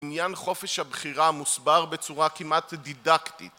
עניין חופש הבחירה מוסבר בצורה כמעט דידקטית